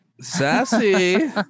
sassy